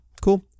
Cool